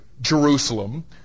Jerusalem